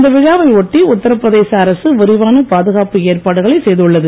இந்த விழாவை ஒட்டி உத்தரபிரதேச அரசு விரிவான பாதுகாப்பு ஏற்பாடுகளை செய்துள்ளது